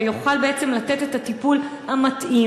ויוכל בעצם לתת את הטיפול המתאים,